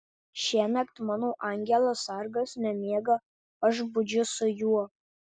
šiąnakt mano angelas sargas nemiega aš budžiu su juo